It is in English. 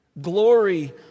Glory